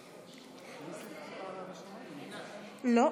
לרשותך עד חמש דקות, בבקשה.